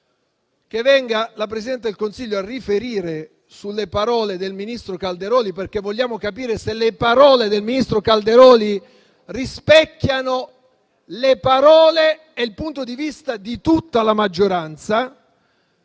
che la Presidente del Consiglio venga a riferire sulle parole del ministro Calderoli, perché vogliamo capire se quelle parole rispecchiano le parole e il punto di vista di tutta la maggioranza.